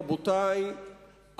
רבותי,